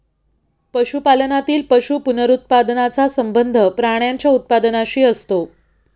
पशुपालनातील पशु पुनरुत्पादनाचा संबंध प्राण्यांच्या उत्पादनाशी असतो